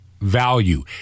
value